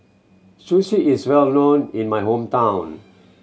sushi is well known in my hometown